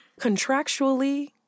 Contractually